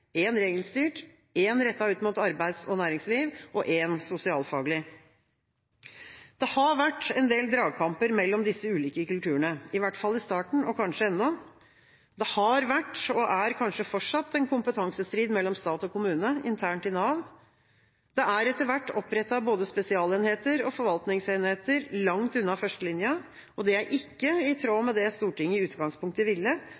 mot arbeids- og næringsliv og én sosialfaglig. Det har vært en del dragkamper mellom disse ulike kulturene, i hvert fall i starten – og kanskje ennå. Det har vært, og er kanskje fortsatt, en kompetansestrid mellom stat og kommune internt i Nav. Det er etter hvert opprettet både spesialenheter og forvaltningsenheter langt unna førstelinja. Det er ikke i tråd med det Stortinget i utgangspunktet ville.